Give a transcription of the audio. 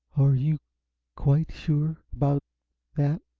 are you quite sure about that?